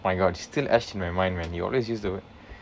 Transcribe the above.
my god still etched in my mind man you always use the word